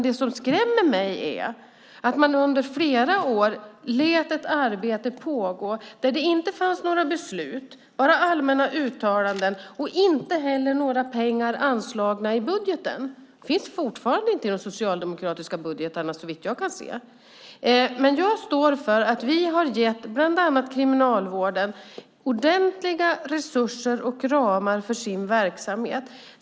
Det som skrämmer mig är att man under flera år lät ett arbete pågå där det inte fanns några beslut, bara allmänna uttalanden, och inte heller några pengar anslagna i budgeten. Det finns det fortfarande inte i de socialdemokratiska budgetarna såvitt jag kan se. Jag står för att vi har gett bland annat Kriminalvården ordentliga resurser och ramar för sin verksamhet.